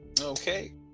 Okay